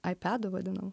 aipedu vadinam